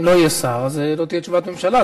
אם לא יהיה שר אז לא תהיה תשובת ממשלה,